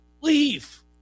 Leave